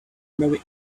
marry